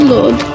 Lord